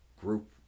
group